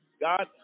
God